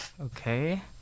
Okay